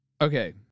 Okay